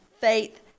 Faith